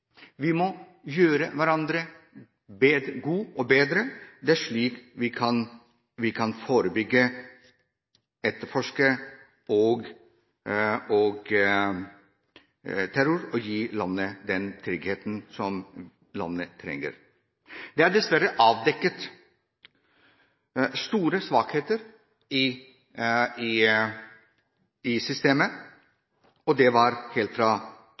Vi må gjøre hverandre bedre. Det er slik vi kan forebygge og etterforske terror og gi landet den tryggheten vi trenger. Det er dessverre avdekket store svakheter i systemet, helt fra